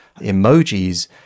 emojis